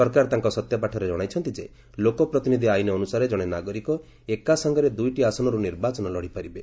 ସରକାର ତାଙ୍କ ସତ୍ୟପାଠରେ ଜଣାଇଛନ୍ତି ଯେ ଲୋକପ୍ରତିନିଧି ଆଇନ ଅନୁସାରେ ଜଣେ ନାଗରିକ ଏକାସାଙ୍ଗରେ ଦୁଇଟି ଆସନରୁ ନିର୍ବାଚନ ଲଢ଼ିପାରିବେ